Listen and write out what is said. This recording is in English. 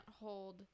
hold